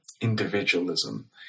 individualism